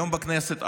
היום בכנסת,